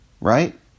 right